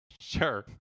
Sure